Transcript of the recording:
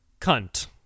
Cunt